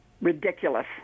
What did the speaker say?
ridiculous